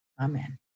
Amen